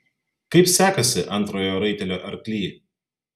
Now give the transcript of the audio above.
kaip sekasi antrojo raitelio arkly